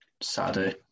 Saturday